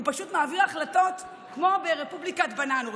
הוא פשוט מעביר החלטות כמו ברפובליקת בננות.